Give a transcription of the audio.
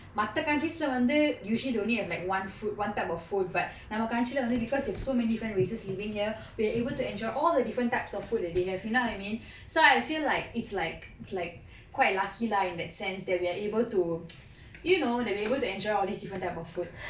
மத்த:matha countries lah வந்து:vanthu usually they only like one food one type of food but நம்ம:namma country lah வந்து:vanthu because we have so many different races living here we are able to enjoy all the different types of food that they have you know what I mean so I feel like it's like it's like quite lucky lah in that sense that we are able to you know to be able to enjoy all these different type of food